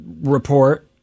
report